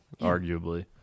arguably